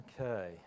Okay